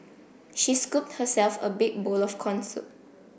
she scooped herself a big bowl of corn soup